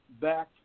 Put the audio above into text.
back